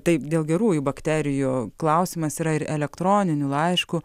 taip dėl gerųjų bakterijų klausimas yra ir elektroniniu laišku